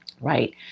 right